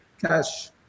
cash